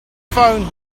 phone